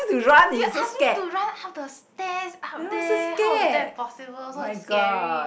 you ask me to run up the stairs up there how is that possible so scary